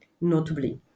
Notably